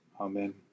Amen